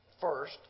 first